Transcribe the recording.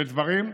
ודברים,